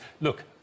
look